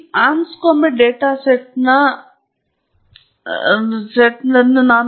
ಈಗ ಈ Anscombe data ಸೆಟ್ನ ಸೌಂದರ್ಯವು